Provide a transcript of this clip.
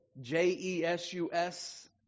J-E-S-U-S